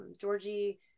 Georgie